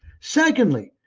secondly,